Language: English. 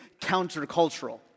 countercultural